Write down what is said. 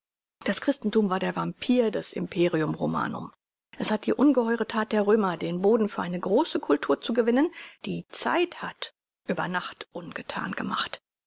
das christenthum war der vampyr des imperium romanum es hat die ungeheure that der römer den boden für eine große cultur zu gewinnen die zeit hat über nacht ungethan gemacht